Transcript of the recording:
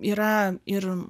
yra ir